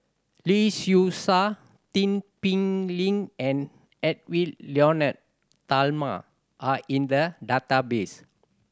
Lee Seow Ser Tin Pei Ling and Edwy Lyonet Talma are in the database